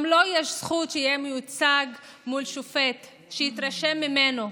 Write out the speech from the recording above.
גם לו יש זכות שיהיה מיוצג מול שופט, שיתרשם ממנו.